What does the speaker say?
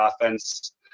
offense